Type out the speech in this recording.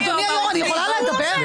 --- אדוני היו"ר, אני יכולה לדבר?